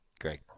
Greg